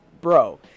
bro